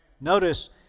Notice